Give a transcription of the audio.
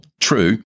true